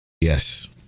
yes